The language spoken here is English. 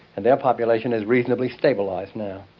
and their population is reasonably stabilised now.